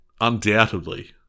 undoubtedly